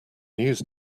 news